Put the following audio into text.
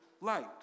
light